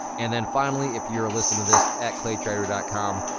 and then finally, if you're listening to this at claytrader and com,